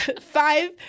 five